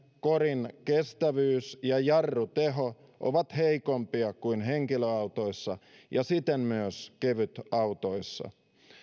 korin kestävyys ja jarruteho ovat heikompia kuin henkilöautoissa ja siten myös kevytautoissa